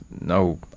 No